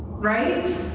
right?